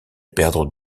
perdre